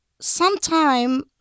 sometime